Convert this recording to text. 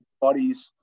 buddies